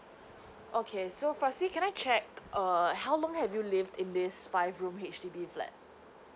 okay so firstly can I check err how long have you lived in this five room H_D_B flat